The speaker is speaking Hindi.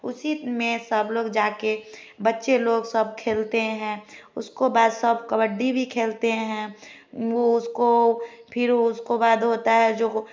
उसी में सब लोग जाके बच्चे लोग सब खेलते है उसको बाद सब कब्बडी भी खेलते है वो उसको फिर उसको बाद होता है जो वो